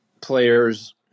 players